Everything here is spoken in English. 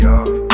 off